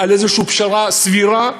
פשרה סבירה.